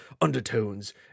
undertones